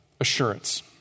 assurance